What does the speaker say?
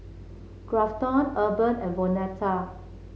Grafton Urban and Vonetta